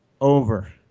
Over